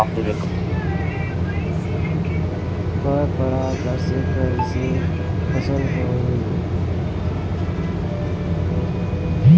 पर परागण से कईसे फसल होई?